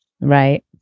Right